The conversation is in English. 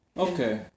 Okay